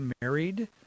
married